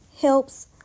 helps